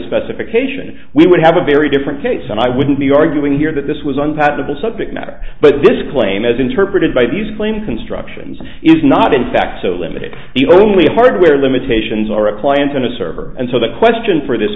specification we would have a very different case and i wouldn't be arguing here that this was an patentable subject matter but this claim as interpreted by these claim constructions is not in fact so limited the only hardware limitations are a client and a server and so the question for this